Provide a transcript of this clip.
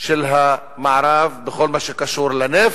של המערב בכל מה שקשור לנפט.